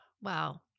Wow